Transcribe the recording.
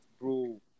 bro